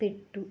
పెట్టు